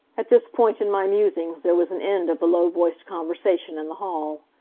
at this point in my musings there was an end of the low-voiced conversation in the hall.